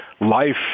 life